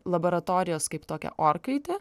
laboratorijos kaip tokią orkaitę